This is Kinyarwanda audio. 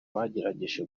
bagerageje